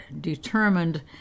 determined